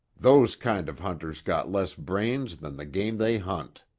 those kind of hunters got less brains than the game they hunt.